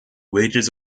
wages